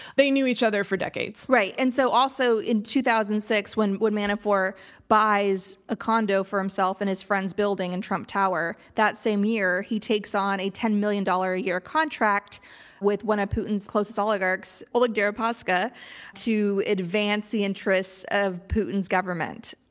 they knew each other for decades. right. and so also in two thousand and six when, when manafort buys a condo for himself in his friends building in trump tower, that same year, he takes on a ten million dollars a year contract with one of putin's closest oligarchs, oleg deripaska to advance the interests of putin's government.